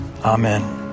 Amen